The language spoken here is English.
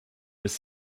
was